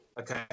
Okay